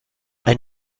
ein